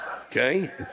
Okay